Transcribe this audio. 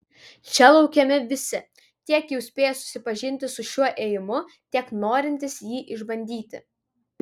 čia laukiami visi tiek jau spėję susipažinti su šiuo ėjimu tiek norintys jį išbandyti